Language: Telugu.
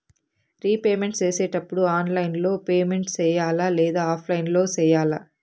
రీపేమెంట్ సేసేటప్పుడు ఆన్లైన్ లో పేమెంట్ సేయాలా లేదా ఆఫ్లైన్ లో సేయాలా